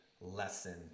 lesson